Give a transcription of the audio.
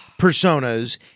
personas